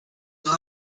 blue